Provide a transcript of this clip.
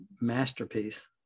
masterpiece